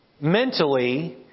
Mentally